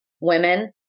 women